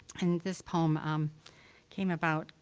and this poem um came about,